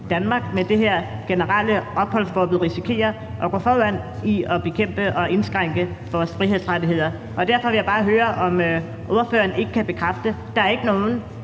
Danmark med det generelle opholdsforbud risikerer at gå foran i at bekæmpe og indskrænke vores frihedsrettigheder. Derfor vil jeg bare høre, om ordføreren ikke kan bekræfte, at der ikke er nogen